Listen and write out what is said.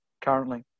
currently